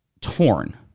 torn